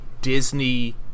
Disney